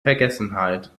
vergessenheit